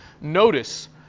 Notice